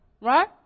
Right